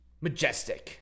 majestic